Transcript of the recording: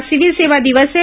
आज सिविल सेवा दिवस है